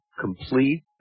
complete